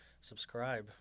subscribe